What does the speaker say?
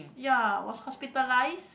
ya was hospitalized